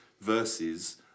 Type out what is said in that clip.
versus